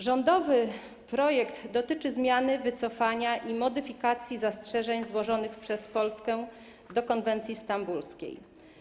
Rządowy projekt dotyczy zmiany, wycofania i modyfikacji zastrzeżeń złożonych przez Polskę do konwencji stambulskiej.